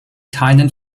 keinen